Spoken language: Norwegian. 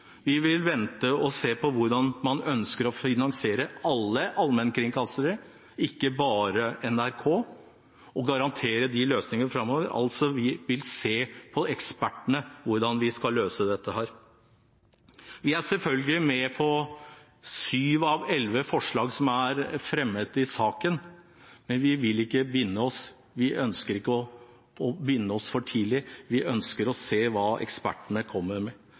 Vi vil vente og se på hvordan man ønsker å finansiere alle allmennkringkastere, ikke bare NRK, og garantere de løsningene framover. Vi vil lytte til ekspertene når det gjelder hvordan vi skal løse dette. Vi er selvfølgelig med på åtte av tolv forslag til vedtak i saken, men vi vil ikke binde oss. Vi ønsker ikke å binde oss for tidlig. Vi ønsker å se hva ekspertene kommer med.